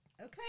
okay